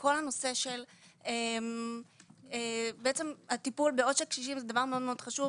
וכל הנושא של הטיפול בעושק קשישים זה דבר מאוד מאוד חשוב,